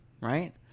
right